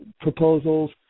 proposals